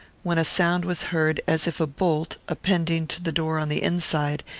when a sound was heard as if a bolt, appending to the door on the inside,